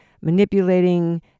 manipulating